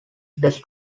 does